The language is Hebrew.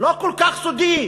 לא כל כך סודי